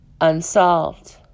unsolved